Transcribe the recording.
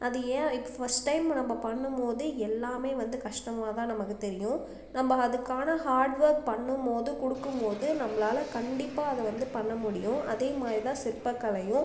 அது ஏன் இப்போ ஃபஸ்ட் டைம் நம்ம பண்ணும்போது எல்லாம் வந்து கஷ்டமாகதான் நமக்குத் தெரியும் நம்ம அதுக்கான ஹார்ட் ஒர்க் பண்ணும்போது கொடுக்கும்போது நம்மளால் கண்டிப்பாக அதை வந்து பண்ண முடியும் அதே மாதிரிதான் சிற்பக்கலையும்